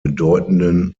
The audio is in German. bedeutenden